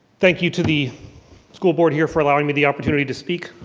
thank you to the school board here for allowing me the opportunity to speak.